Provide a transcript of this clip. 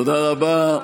תודה רבה.